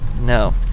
No